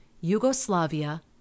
Yugoslavia